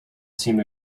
seemed